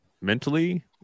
mentally